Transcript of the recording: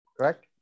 correct